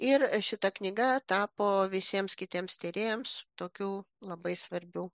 ir šita knyga tapo visiems kitiems tyrėjams tokiu labai svarbiu